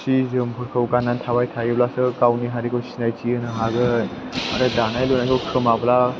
सि जोमफोरखौ गाननानै थाबाय थायोब्लासो गावनि हारिखौ सिनायथि होनो हागोन आरो दानाय लुनायखौ खोमाब्ला